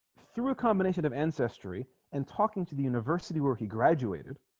through a combination of ancestry and talking to the university where he graduated